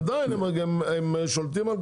בסדר, עדיין, הם שולטים.